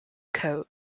coat